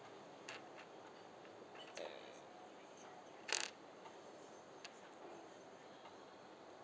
err